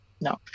no